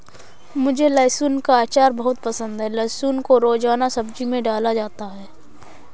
मुझे लहसुन का अचार बहुत पसंद है लहसुन को रोजाना सब्जी में डाला जाता है